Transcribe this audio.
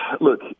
look